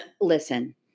listen